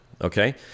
okay